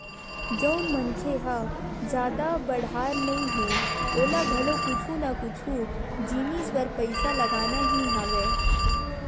जउन मनखे ह जादा बड़हर नइ हे ओला घलो कुछु ना कुछु जिनिस बर पइसा लगना ही हवय